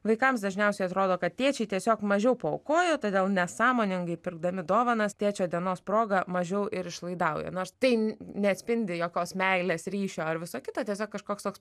vaikams dažniausiai atrodo kad tėčiai tiesiog mažiau paaukoja todėl nesąmoningai pirkdami dovanas tėčio dienos proga mažiau ir išlaidauja nors tai neatspindi jokios meilės ryšio ar viso kito tiesiog kažkoks toks